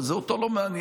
אבל אותו זה לא מעניין.